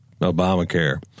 Obamacare